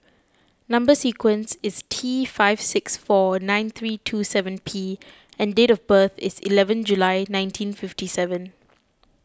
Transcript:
Number Sequence is T five six four nine three two seven P and date of birth is eleven July nineteen fifty seven